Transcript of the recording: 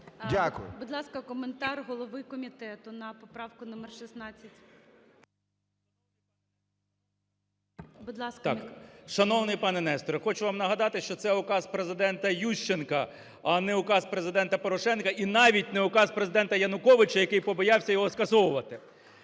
Будь ласка, коментар голови комітету на поправку номер 16. Будь ласка… 13:15:20 КНЯЖИЦЬКИЙ М.Л. Так. Шановний пане Нестор, хочу вам нагадати, що це указ Президента Ющенка, а не указ Президента Порошенка, і навіть не указ Президента Януковича, який побоявся його скасовувати.